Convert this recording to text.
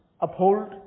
uphold